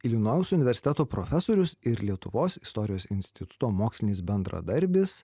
ilinojaus universiteto profesorius ir lietuvos istorijos instituto mokslinis bendradarbis